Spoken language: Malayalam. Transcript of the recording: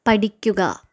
പഠിക്കുക